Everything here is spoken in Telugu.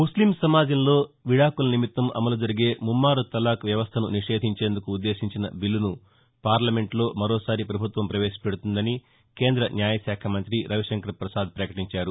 ముస్లిం సమాజంలో విడాకుల నిమిత్తం అమలు జరిగే ముమ్నారు తలాక్ వ్యవస్లను నిషేధించేందుకు ఉద్దేశించిన బిల్లను పార్లమెంటులో మరోసారి పభుత్వం పవేశ పెదుతుందని కేంద్ర న్యాయశాఖ మంత్రి రవిశంకర్ ప్రపాద్ పకటించారు